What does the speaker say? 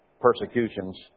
persecutions